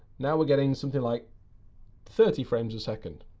now we're getting something like thirty frames a second.